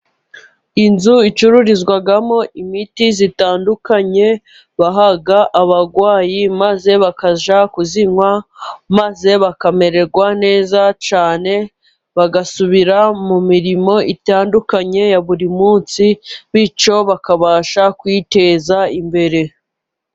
Inzu icururizwamo imiti itandukanye baha abagwayi maze bakaza kuyinywa, maze bakamererwa neza cyane bagasubira mu mirimo itandukanye ya buri munsi, bityo bakabasha kwiteza imbere.